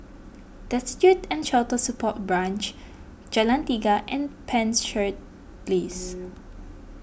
Destitute and Shelter Support Branch Jalan Tiga and Penshurst Place